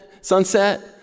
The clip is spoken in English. sunset